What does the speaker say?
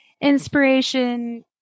inspiration